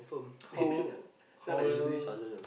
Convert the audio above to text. how uh how well